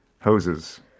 hoses